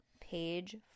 page